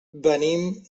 venim